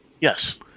Yes